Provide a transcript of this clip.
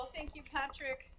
thank you, patrick.